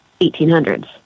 1800s